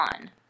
on